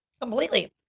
completely